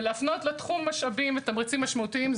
ולהפנות לתחום משאבים תמריצים משמעותיים.